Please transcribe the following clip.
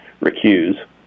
recuse